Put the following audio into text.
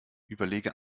überlege